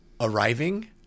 arriving